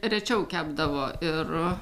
rečiau kepdavo ir